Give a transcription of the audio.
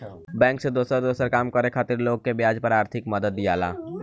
bank से दोसर दोसर काम करे खातिर लोग के ब्याज पर आर्थिक मदद दियाला